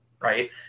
Right